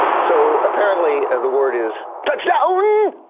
so apparently of the word is but no then